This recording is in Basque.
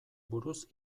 buruz